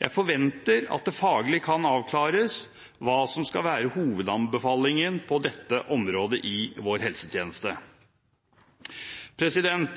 Jeg forventer at det faglig kan avklares hva som skal være hovedanbefalingen på dette området i vår helsetjeneste.